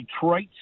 Detroit